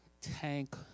tank